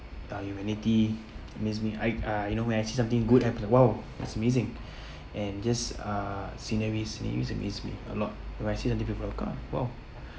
uh humanity amaze me I uh you know when I see something good happen !wow! it's amazing and just uh scenery scenarios amaze me a lot if I see something I will go !wow!